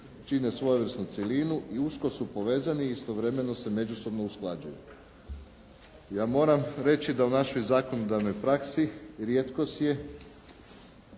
čine svojevrsnu cjelinu i usko su povezani i istovremeno se međusobno usklađuju. Ja moram reći da u našoj zakonodavnoj praksi rijetkost je